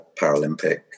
Paralympic